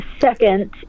second